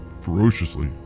ferociously